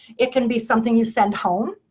it can be something you send home.